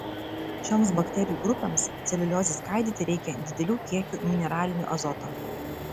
šioms bakterijų grupėms celiuliozei skaidyti reikia didelių kiekių mineralinio azoto